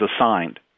assigned